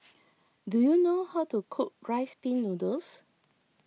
do you know how to cook Rice Pin Noodles